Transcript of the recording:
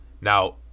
now